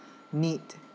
need